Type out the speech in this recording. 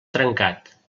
trencat